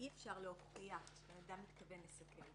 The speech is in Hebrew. אי אפשר להוכיח שבן אדם מתכוון לסכל.